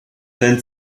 beiden